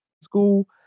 school